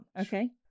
Okay